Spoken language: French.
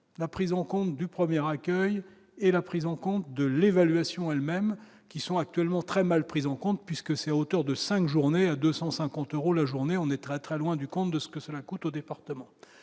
la prise en compte du premier accueil et la prise en compte de l'évaluation elles-mêmes qui sont actuellement très mal prise en compte, puisque c'est à hauteur de 5 journées à 250 euros la journée, on est très très loin du compte de ce que cela coûte au département,